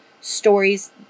stories